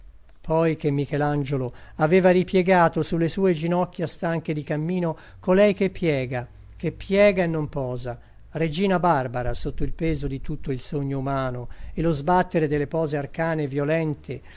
poi che michelangiolo aveva ripiegato sulle sue ginocchia stanche di cammino colei che piega che piega e non posa regina barbara sotto il peso di tutto il sogno umano e lo sbattere delle pose arcane e violente